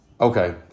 okay